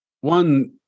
One